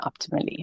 optimally